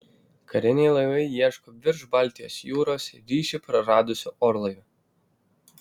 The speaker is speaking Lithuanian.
kariniai laivai ieško virš baltijos jūros ryšį praradusio orlaivio